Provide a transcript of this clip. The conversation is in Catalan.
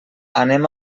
anem